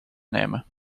nemen